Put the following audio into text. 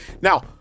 Now